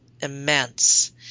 immense